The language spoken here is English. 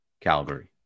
Calgary